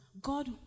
God